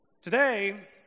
Today